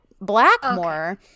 Blackmore